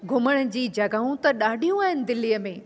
घुमण जी जॻहियूं त ॾाढियूं आहिनि दिल्लीअ में